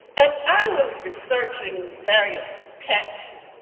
as i was researching various texts,